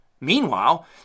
Meanwhile